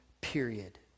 period